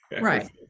right